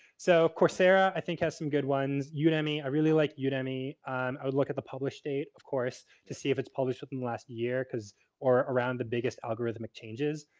so, coursera i think has some good ones. yeah udemy, i really like udemy. i would look at the published date of course to see if it's published within the last year because or around the biggest algorithmic changes.